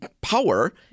power